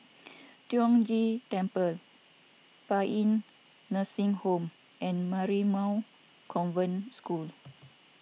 Tiong Ghee Temple Paean Nursing Home and Marymount Convent School